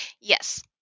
Yes